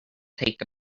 take